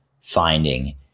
finding